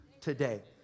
today